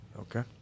Okay